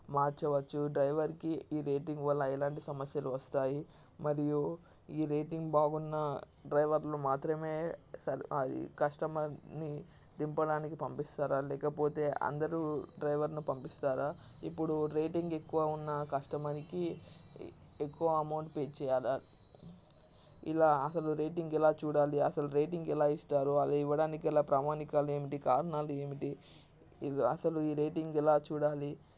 మార్చవచ్చు డ్రైవర్కి ఈ రేటింగ్ వల్ల ఎలాంటి సమస్యలు వస్తాయి మరియు ఈ రేటింగ్ బాగున్న డ్రైవర్లు మాత్రమే అది కస్టమర్ని దింపడానికి పంపిస్తారా లేకపోతే అందరూ డ్రైవర్ని పంపిస్తారా ఇప్పుడు రేటింగ్ ఎక్కువ ఉన్న కస్టమర్కి ఎక్కువ అమౌంట్ పే చేయాలా ఇలా అసలు రేటింగ్ ఎలా చూడాలి అసలు రేటింగ్ ఎలా ఇస్తారు అది ఇవ్వడానికి ఎలా ప్రామాణికాలు ఏమిటి కారణాలు ఏమిటి అసలు ఈ రేటింగ్ ఎలా చూడాలి